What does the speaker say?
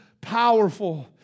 powerful